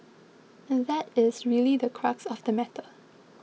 and that is really the crux of the matter